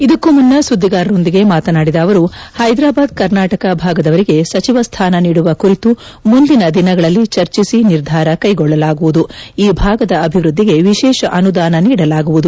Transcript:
ಇದಕ್ಕೂ ಮುನ್ನ ಸುದ್ದಿಗಾರರೊಂದಿಗೆ ಮಾತನಾಡಿದ ಅವರು ಹೈದ್ರಾಬಾದ್ ಕರ್ನಾಟಕ ಭಾಗದವರಿಗೆ ಸಚಿವ ಸ್ವಾನ ನೀಡುವ ಕುರಿತು ಮುಂದಿನ ದಿನಗಳಲ್ಲಿ ಚರ್ಚಿಸಿ ನಿರ್ಧಾರ ಕೈಗೊಳ್ಳಲಾಗುವುದು ಈ ಬಾಗದ ಅಭಿವೃದ್ಧಿಗೆ ವಿಶೇಷ ಅನುದಾನ ನೀಡಲಾಗುವುದು